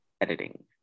editing